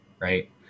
right